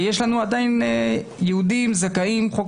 ויש לנו עדיין יהודים זכאים מתוקף חוק